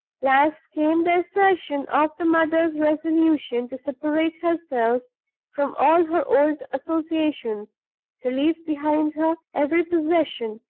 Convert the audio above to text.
last came the assertion of the mother's resolution to separate herself from all her old associations to leave behind her every possession,